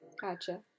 Gotcha